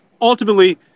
ultimately